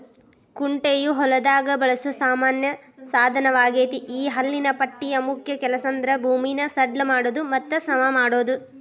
ಕುಂಟೆಯು ಹೊಲದಾಗ ಬಳಸೋ ಸಾಮಾನ್ಯ ಸಾದನವಗೇತಿ ಈ ಹಲ್ಲಿನ ಪಟ್ಟಿಯ ಮುಖ್ಯ ಕೆಲಸಂದ್ರ ಭೂಮಿನ ಸಡ್ಲ ಮಾಡೋದು ಮತ್ತ ಸಮಮಾಡೋದು